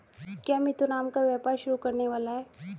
क्या मिथुन आम का व्यापार शुरू करने वाला है?